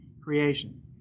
creation